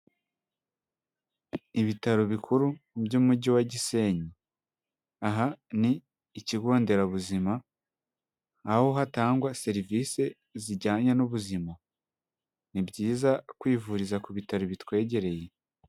Ibitaro bikuru by'umujyi wa Gisenyi, aha ni ikigo nderabuzima aho hatangwa serivisi zijyanye n'ubuzima. Ni byiza kwivuriza ku bitaro bitwegereye.